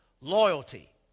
Loyalty